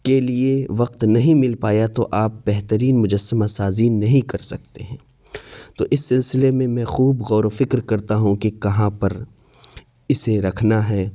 کے لیے وقت نہیں مل پایا تو آپ بہترین مجسمہ سازی نہیں کر سکتے ہیں تو اس سلسلے میں میں خوب غور و فکر کرتا ہوں کہ کہاں پر اسے رکھنا ہے